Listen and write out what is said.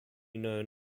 known